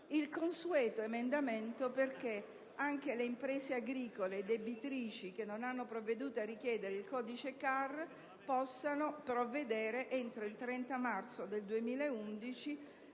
il consueto emendamento perché anche le imprese agricole debitrici che non hanno provveduto a richiedere il codice CAR possano provvedere entro il 30 marzo 2011,